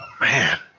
Man